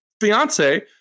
fiance